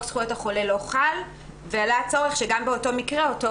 זכויות החולה לא חל ועלה הצורך שגם במקרה כזה לא